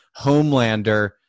Homelander